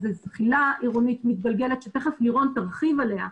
זו זחילה עירונית מתגלגלת שתכף לירון תרחיב עליה.